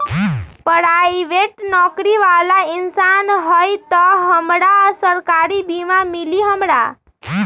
Private नौकरी बाला इंसान हई त हमरा सरकारी बीमा मिली हमरा?